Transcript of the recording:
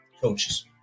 Coaches